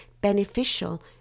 beneficial